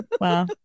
Wow